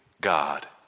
God